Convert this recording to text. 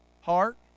heart